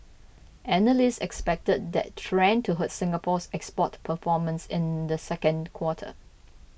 analysts expected that trend to hurt Singapore's export performance in the second quarter